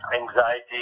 anxiety